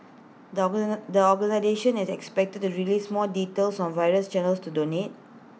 the organisation is expected to the release more details on various channels to donate